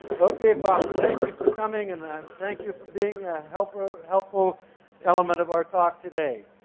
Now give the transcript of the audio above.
okay poppy thank you for coming and thank you for being a helpful helpful element of our talk today.